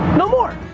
no more.